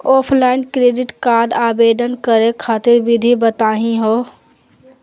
Offline credit card आवेदन करे खातिर विधि बताही हो?